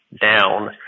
down